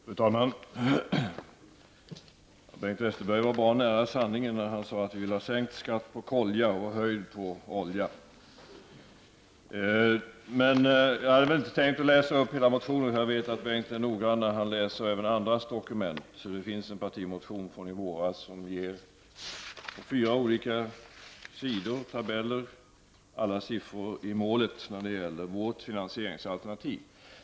Fru talman! Bengt Westerberg var bra nära sanningen när han talade om sänkt skatt på kolja och höjd skatt på olja. Jag tänker inte läsa upp hela motionen. Jag vet att Bengt Westerberg är noggrann även när han läser andras dokument. Det finns alltså en partimotion från i våras. Det handlar om fyra sidor och tabeller med alla siffror när det gäller vårt finansieringsalternativ.